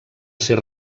ser